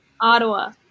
Ottawa